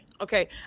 okay